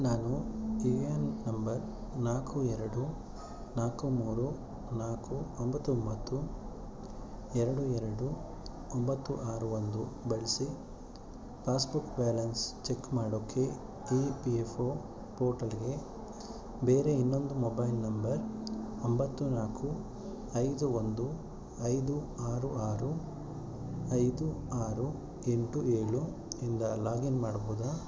ನಾನು U A N number ನಾಲ್ಕು ಎರಡು ನಾಲ್ಕು ಮೂರು ನಾಲ್ಕು ಒಂಬತ್ತು ಒಂಬತ್ತು ಎರಡು ಎರಡು ಒಂಬತ್ತು ಆರು ಒಂದು ಬಳಸಿ ಪಾಸ್ಬುಕ್ ಬ್ಯಾಲೆನ್ಸ್ ಚಕ್ ಮಾಡೋಕ್ಕೆ ಇ ಪಿ ಎಫ್ ಓ ಪೋರ್ಟಲ್ಗೆ ಬೇರೆ ಇನ್ನೊಂದು ಮೊಬೈಲ್ ನಂಬರ್ ಒಂಬತ್ತು ನಾಲ್ಕು ಐದು ಒಂದು ಐದು ಆರು ಆರು ಐದು ಆರು ಎಂಟು ಏಳು ಇಂದ ಲಾಗಿನ್ ಮಾಡ್ಬೌದಾ